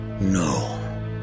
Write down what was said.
no